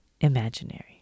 imaginary